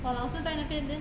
我老师在那边 then